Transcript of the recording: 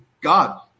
god